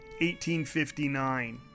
1859